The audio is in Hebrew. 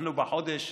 אנחנו בחודש